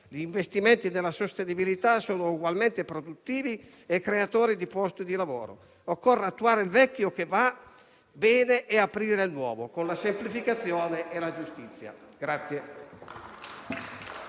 Gli investimenti sulla sostenibilità sono ugualmente produttivi e creatori di posto di lavoro. Occorre attuare il vecchio che va bene e aprire al nuovo, con la semplificazione e la giustizia.